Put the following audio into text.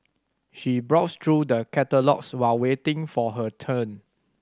she browsed through the catalogues while waiting for her turn